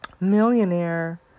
millionaire